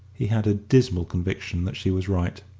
he had a dismal conviction that she was right.